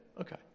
okay